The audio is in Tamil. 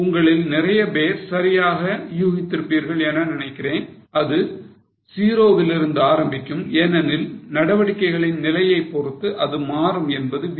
உங்களில் நிறைய பேர் சரியாக யூகித்திருப்பீர்கள் என்று நினைக்கிறேன் அது ஜீரோவில் இருந்து ஆரம்பிக்கும் ஏனெனில் நடவடிக்கைகளின் நிலையைப் பொறுத்து அது மாறும் என்பது விதி